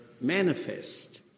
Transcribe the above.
manifest